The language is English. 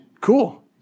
cool